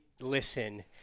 listen